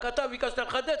רק אתה ביקשת לחדד.